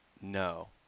no